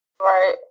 Right